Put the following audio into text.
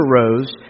rose